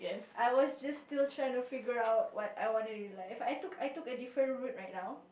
I was just still trying to figure out what I want to do in life I took I took a different route right now